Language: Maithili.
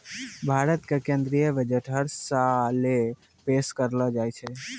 भारत के केन्द्रीय बजट हर साले पेश करलो जाय छै